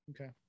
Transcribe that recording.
okay